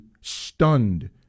stunned